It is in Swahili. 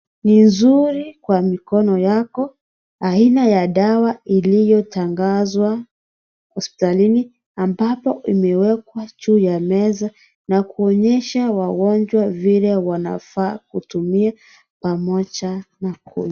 Ni uzuri kwa mikono yako, aina ya dawa iliyotangazwa hospitalini ambapo imewekwa juu ya meza na kuonyesha wagonjwa vile wanafaa kutumia pamoja na ...